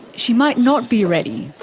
she might not be ready,